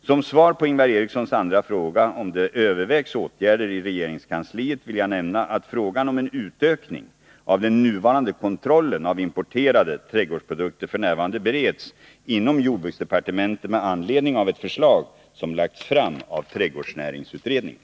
Som svar på Ingvar Erikssons andra fråga, om det övervägs åtgärder i regeringskansliet, vill jag nämna att frågan om en utökning av den nuvarande kontrollen av importerade trädgårdsprodukter f. n. bereds inom jordbruksdepartementet med anledning av ett förslag som lagts fram av trädgårdsnäringsutredningen.